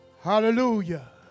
Hallelujah